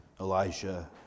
Elijah